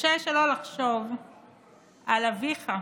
קשה שלא לחשוב על אביך,